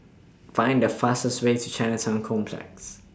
Find The fastest Way to Chinatown Complex